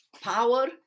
power